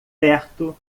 perto